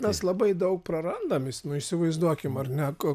mes labai daug prarandam jis nu įsivaizduokim ar ne ko